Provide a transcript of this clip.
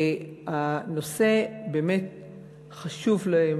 שהנושא באמת חשוב להם,